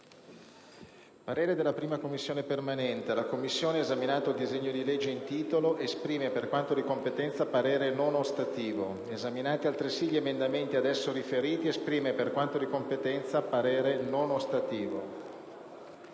«La 1a Commissione permanente, esaminato il disegno di legge in titolo, esprime, per quanto di competenza, parere non ostativo. Esaminati altresì gli emendamenti ad esso riferiti, esprime, per quanto di competenza, parere non ostativo».